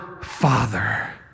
Father